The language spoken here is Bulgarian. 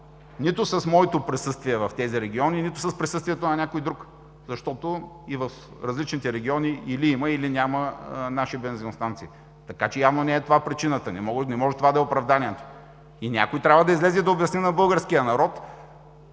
нито с моето присъствие в тези региони, нито с присъствието на някой друг, защото и в различните региони или има, или няма наши бензиностанции. Така че явно не е това причината, не може това да е оправданието. Някой трябва да излезе и да обясни на българския народ